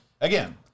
again